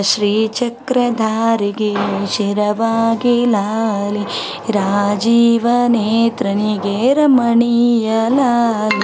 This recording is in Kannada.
ಶ್ರೀ ಚಕ್ರ ಧಾರಿಗೇ ಶಿರಬಾಗಿ ಲಾಲಿ ರಾಜೀವ ನೇತ್ರನಿಗೆ ರಮಣೀಯ ಲಾಲಿ